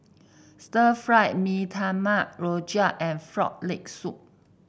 Stir Fry Mee Tai Mak rojak and Frog Leg Soup